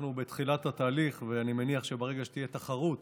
אנחנו בתחילת התהליך, ואני מניח שברגע שתהיה תחרות